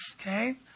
okay